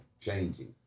Changing